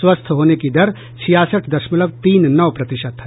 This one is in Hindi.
स्वस्थ होने की दर छियासठ दशलमव तीन नौ प्रतिशत है